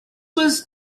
was